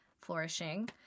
flourishing